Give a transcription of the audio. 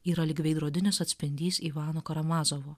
yra lyg veidrodinis atspindys ivano karamazovo